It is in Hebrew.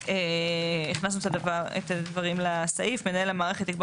הכנסנו את הדברים לסעיף: "מנהל המערכת יקבע